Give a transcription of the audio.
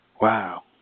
Wow